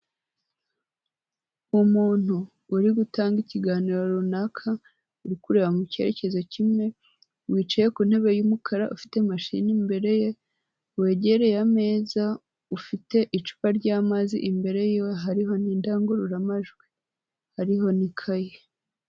Umuntu uri gutanga ikiganiro runaka urikurireba mu cyerekezo kimwe, wicaye ku ntebe y'umukara, ufite mashini imbere ye, wegereye ameza, ufite icupa ry'amazi, imbere y'iwe hariho n'indangururamajwi, hariho n'ikaye.